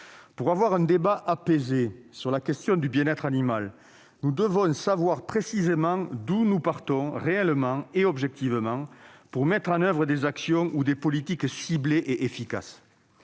Pour avoir un débat apaisé sur la question du bien-être animal, nous devons savoir précisément d'où nous partons, réellement et objectivement, pour mettre en oeuvre des actions ou des politiques ciblées et efficaces.